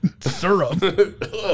syrup